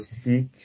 speak